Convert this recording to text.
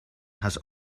has